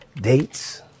dates